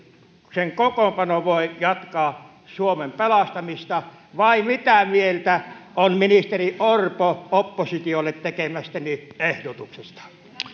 hallituksen kokoonpano voi jatkaa suomen pelastamista vai mitä mieltä on ministeri orpo oppositiolle tekemästäni ehdotuksesta